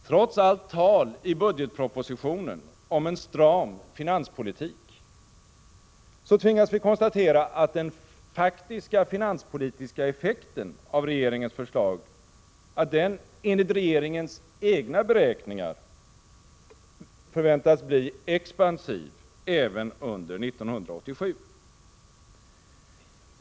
Trots allt tal i budgetpropositionen om en stram finanspolitik tvingas vi konstatera att den faktiska finanspolitiska effekten av regeringens förslag enligt regeringens egna beräkningar förväntas bli expansiv även under 1987.